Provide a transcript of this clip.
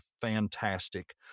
fantastic